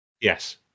Yes